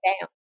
down